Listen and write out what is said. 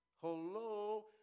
Hello